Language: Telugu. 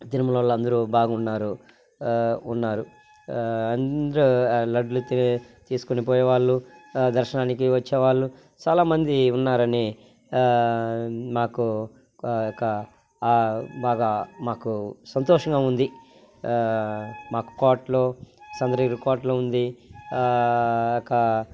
తిరుమలలో అందరూ బాగా ఉన్నారు ఉన్నారు అందరూ లడ్లు తీసుకొని పోయేవాళ్ళు దర్శనానికి వచ్చేవాళ్ళు చాలామంది ఉన్నారని మాకు క ఒక బాగా మాకు సంతోషంగా ఉంది మాకు కోటలు సంద్రగిరి కోటలు ఉంది ఇకా